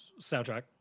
soundtrack